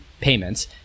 payments